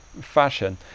fashion